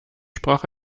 sprach